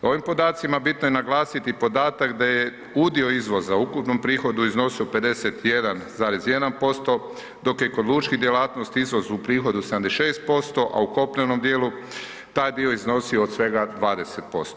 U ovim podacima bitno je naglasiti podatak da je udio izvoza u ukupnom prihodu iznosio 51,1% dok je kod lučkih djelatnosti izvoz u prihodu 76%, a u kopnenom dijelu taj dio iznosio od svega 20%